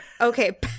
Okay